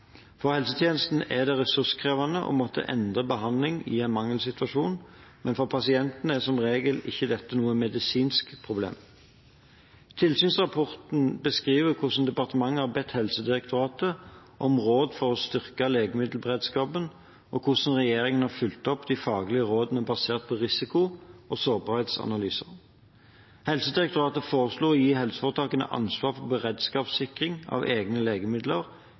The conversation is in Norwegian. For helsetjenesten er det ressurskrevende å måtte endre behandling i en mangelsituasjon, men for pasientene er som regel ikke dette noe medisinsk problem. Tilsynsrapporten beskriver hvordan departementet har bedt Helsedirektoratet om råd for å styrke legemiddelberedskapen, og hvordan regjeringen har fulgt opp de faglige rådene basert på risiko- og sårbarhetsanalyse. Helsedirektoratet foreslo å gi helseforetakene ansvaret for beredskapssikring av egne legemidler